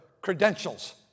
credentials